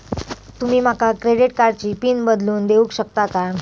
तुमी माका क्रेडिट कार्डची पिन बदलून देऊक शकता काय?